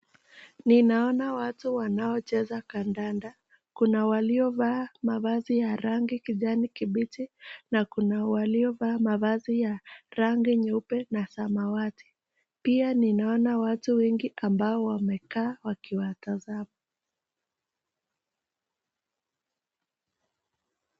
Ninaona watu wanaocheza kandanda. Kuna waliovaa mavazi ya rangi kijani kibichi na kuna waliovaa mavazi ya rangi nyeupe na samawati. Pia ninaona watu wengi ambao wamekaa wakiwatazama.